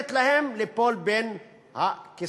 לתת להם ליפול בין הכיסאות.